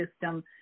System